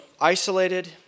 isolated